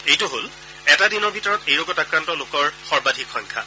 এইটো হল এটা দিনৰ ভিতৰত এই ৰোগত আক্ৰান্ত লোকৰ সৰ্বাধিক সংখ্যা